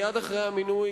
מייד אחרי המינוי,